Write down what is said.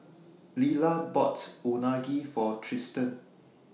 Lilah bought Unagi For Tristen